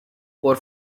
for